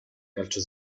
calcio